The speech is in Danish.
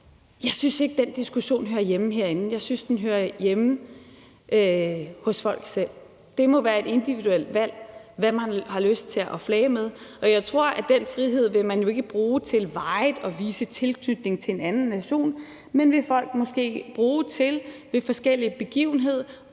Jeg synes ikke, at den diskussion hører hjemme herinde. Jeg synes, at den hører hjemme hos folk selv. Det må være et individuelt valg, hvad man har lyst til at flage med, og jeg tror ikke, at man vil bruge den frihed til varigt at vise tilknytning til en anden nation. Den frihed vil folk måske bruge til ved forskellige begivenheder at sende